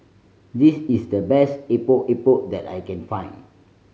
this is the best Epok Epok that I can find